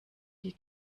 die